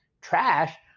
trash